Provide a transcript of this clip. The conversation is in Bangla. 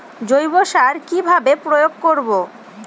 জৈব সার কি ভাবে প্রয়োগ করব?